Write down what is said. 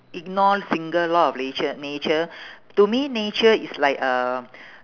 ignore single law of lature nature to me nature is like uh